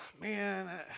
man